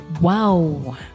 Wow